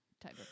type